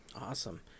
Awesome